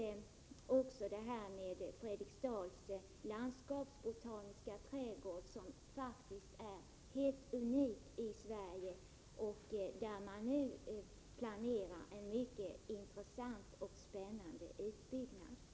Ett annat skäl är Fredriksdals landskapsbotaniska trädgård, som faktiskt är helt unik i Sverige och där man nu planerar en mycket intressant och spännande utbyggnad.